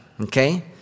okay